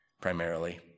primarily